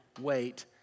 wait